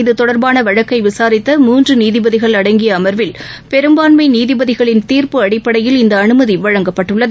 இது தொடர்பான வழக்கை விசாரித்த மூன்று நீதிபதிகள் அடங்கிய அம்வில் பெரும்பான்மை நீதிபதிகளின் தீர்ப்பு அடிப்படையில் இந்த அனுமதி வழங்கப்பட்டுள்ளது